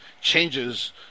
changes